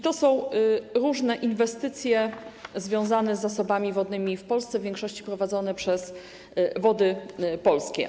To są różne inwestycje związane z zasobami wodnymi w Polsce, w większości prowadzone przez Wody Polskie.